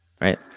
Right